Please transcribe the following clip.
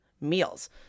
meals